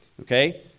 okay